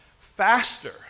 faster